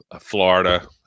Florida